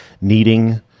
needing